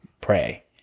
pray